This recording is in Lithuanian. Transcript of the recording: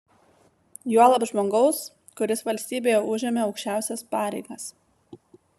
juolab žmogaus kuris valstybėje užėmė aukščiausias pareigas